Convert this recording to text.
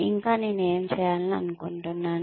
ఇంకా నేను ఏమి చేయాలనీ అనుకుంటున్నారు